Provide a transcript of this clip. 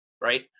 right